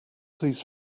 these